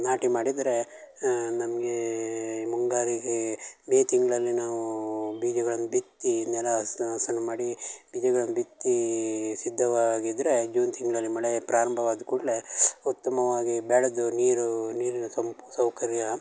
ನಾಟಿ ಮಾಡಿದರೆ ನಮಗೆ ಮುಂಗಾರಿಗೆ ಮೇ ತಿಂಗಳಲ್ಲಿ ನಾವೂ ಬೀಜಗಳನ್ನ ಬಿತ್ತಿ ನೆಲ ಸಣ್ಣ ಮಾಡಿ ಬೀಜಗಳನ್ನ ಬಿತ್ತಿ ಸಿದ್ಧವಾಗಿದ್ದರೆ ಜೂನ್ ತಿಂಗಳಲ್ಲಿ ಮಳೆ ಪ್ರಾರಂಭವಾದ ಕೂಡಲೆ ಉತ್ತಮವಾಗಿ ಬೆಳೆದು ನೀರು ನೀರಿನ ಸಂಪ್ ಸೌಕರ್ಯ